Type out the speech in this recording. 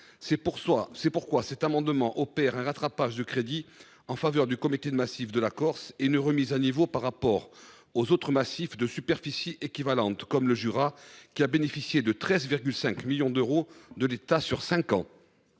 C’est pourquoi cet amendement vise à opérer un rattrapage des crédits en faveur du Comité de massif de Corse et une remise à niveau par rapport aux autres massifs de superficie équivalente, comme celui du Jura, qui a bénéficié de 13,5 millions d’euros de la part de